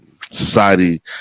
Society